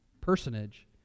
personage